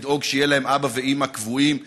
לדאוג שיהיו להם אבא ואימא קבועים,